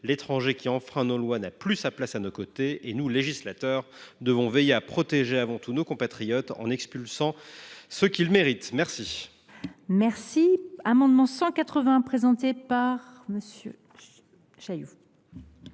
L’étranger qui enfreint nos lois n’a plus sa place à nos côtés, et nous, en législateurs, devons veiller à protéger avant tout nos compatriotes, en expulsant les personnes qui